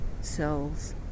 cells